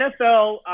NFL